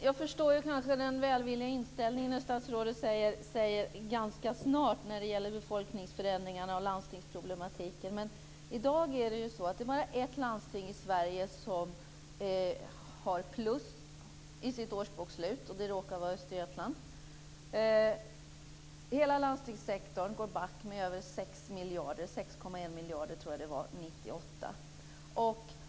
Fru talman! Jag förstår den välvilliga inställningen när statsrådet säger att arbetet skall inledas "ganska snart" när det gäller befolkningsförändringarna och landstingsproblematiken. I dag är det bara ett landsting i Sverige som har plus i sitt årsbokslut, och det råkar vara Östergötland. Hela landstingssektorn går back med jag tror 6,1 miljarder 1998.